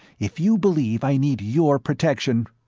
if you believe i need your protection!